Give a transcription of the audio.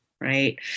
right